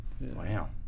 Wow